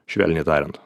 švelniai tariant